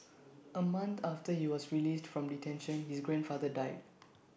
A month after he was released from detention his grandfather died